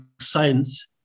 science